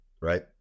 right